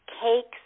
cakes